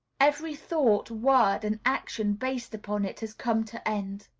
every thought, word, and action based upon it has come to end.